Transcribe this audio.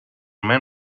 man